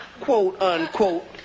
quote-unquote